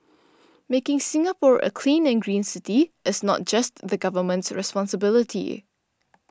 making Singapore a clean and green city is not just the government's responsibility